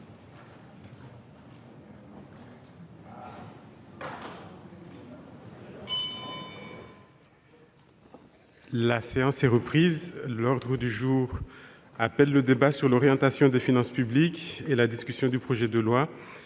La séance est reprise. L'ordre du jour appelle le débat sur l'orientation des finances publiques et la discussion du projet de loi,